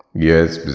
yes,